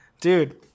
Dude